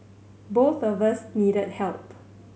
both of us needed help